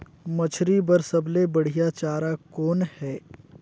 मछरी बर सबले बढ़िया चारा कौन हे?